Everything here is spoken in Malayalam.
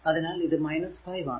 അതിനാൽ ഇത് 5 ആണ്